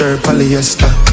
polyester